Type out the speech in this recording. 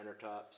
countertops